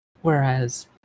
Whereas